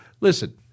Listen